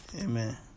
Amen